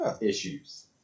issues